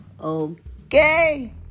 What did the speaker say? Okay